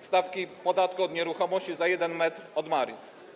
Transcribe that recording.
stawki podatku od nieruchomości za jeden metr od marin.